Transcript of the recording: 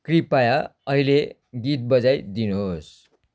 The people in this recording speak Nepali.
कृपया अहिले गीत बजाइदिनु होस्